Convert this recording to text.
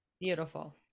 Beautiful